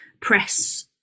press